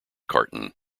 carton